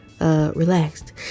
Relaxed